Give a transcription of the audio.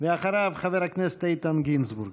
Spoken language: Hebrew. אחריו, חבר הכנסת איתן גינזבורג.